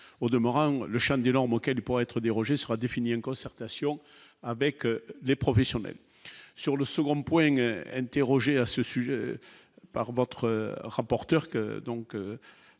au demeurant le Champ normes auxquelles pourrait être dérogé sera défini en concertation avec les professionnels sur le second point, qu'elle, interrogé à ce sujet par votre rapporteur,